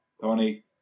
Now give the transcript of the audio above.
Tony